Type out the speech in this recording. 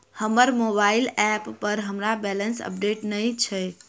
हमर mobile app पर हमर बैलेंस अपडेट नहि अछि